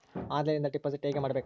ಆನ್ಲೈನಿಂದ ಡಿಪಾಸಿಟ್ ಹೇಗೆ ಮಾಡಬೇಕ್ರಿ?